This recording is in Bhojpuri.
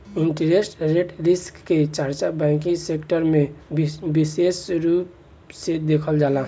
इंटरेस्ट रेट रिस्क के चर्चा बैंकिंग सेक्टर में बिसेस रूप से देखल जाला